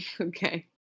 Okay